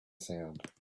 sound